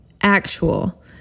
actual